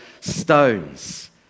stones